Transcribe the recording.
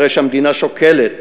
הרי שהמדינה שוקלת